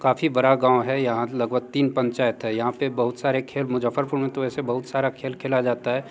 काफ़ी बड़ा गाँव है यहाँ लगभग तीन पंचायत है यँहा पर बहुत सारे खेल मुज़फ़्फ़रपुर में तो ऐसे बहुत सारे खेल खेला जाते हैं